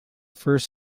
first